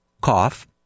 cough